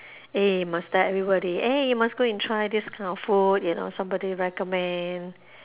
eh must tell everybody eh you must go and try this kind of food you know somebody recommend